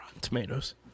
Tomatoes